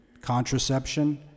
Contraception